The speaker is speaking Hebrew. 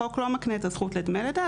החוק לא מקנה את הזכות לדמי לידה,